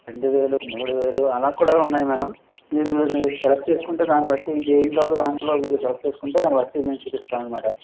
రెండు వేలు మూడు వేలు అలాగ కూడా ఉన్నాయి మేడం మీరు సెలెక్ట్ చేసుకుంటే దాని బట్టి ఏం కావాలో దాంట్లో మీరు సెలెక్ట్ చేసుకుంటే దాని బట్టి మేము చూపిస్తామనమాట